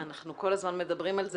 אנחנו כל הזמן מדברים על זה.